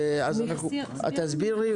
את תסבירי?